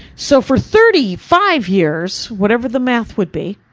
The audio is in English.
so for thirty five years, whatever the math would be,